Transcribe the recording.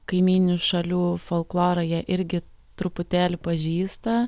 kaimynių šalių folklorą jie irgi truputėlį pažįsta